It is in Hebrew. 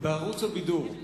בערוץ הבידור,